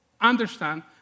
understand